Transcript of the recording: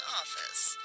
office